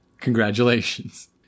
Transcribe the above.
Congratulations